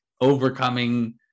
overcoming